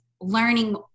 learning